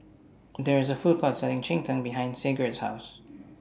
There IS A Food Court Selling Cheng Tng behind Sigurd's House